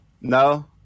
No